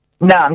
No